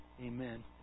Amen